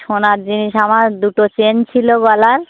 সোনার জিনিস আমার দুটো চেন ছিলো গলার